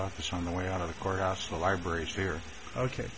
office on the way out of the courthouse the libraries here ok